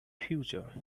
future